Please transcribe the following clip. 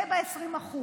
זה ב-20%,